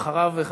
ואחריו,